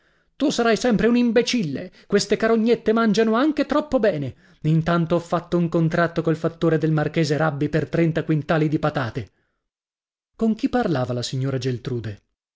tu sarai sempre un imbecille queste carognette mangiano anche troppo bene intanto ho fatto un contratto col fattore del marchese rabbi per trenta quintali di patate con chi parlava la signora geltrude